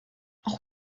auch